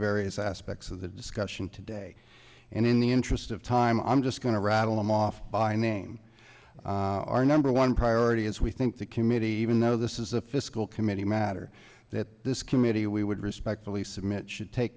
various aspects of the discussion today and in the interest of time i'm just going to rattle them off by name our number one priority as we think the committee even though this is a fiscal committee matter that this committee we would respectfully submit should take